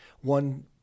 One